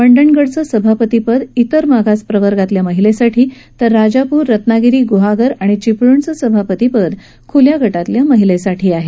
मंडणगडचं सभापतिपद इतर मागास प्रवर्गातल्या महिलेसाठी तर राजापुर रत्नागिरी गुहागर आणि चिपळणचं सभापतिपद खुल्या गटातल्या महिलेसाठी आहे